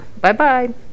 Bye-bye